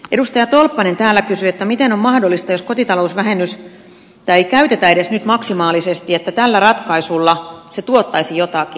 edustaja tolppanen täällä kysyi miten on mahdollista jos kotitalousvähennystä ei nyt edes käytetä maksimaalisesti että tällä ratkaisulla se tuottaisi jotakin